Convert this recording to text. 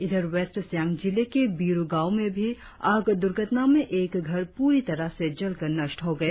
इधर वेस्ट सियांग जिले के बिरु गांव में भी आग दुर्घटना में एक घर पुरी तरह से जलकर नष्ट हो गए